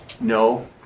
no